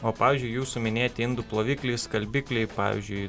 o pavyzdžiui jūsų minėti indų plovikliai skalbikliai pavyzdžiui